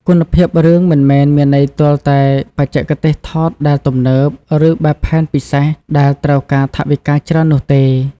គុណភាពរឿងមិនមែនមានន័យទាល់តែបច្ចេកទេសថតដែលទំនើប ឬបែបផែនពិសេសដែលត្រូវការថវិកាច្រើននោះទេ។